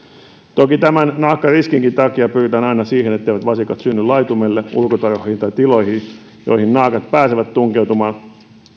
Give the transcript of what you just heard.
toki tämän naakkariskinkin takia pyritään aina siihen etteivät vasikat synny laitumelle ulkotarhoihin tai tiloihin joihin naakat pääsevät tunkeutumaan